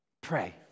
pray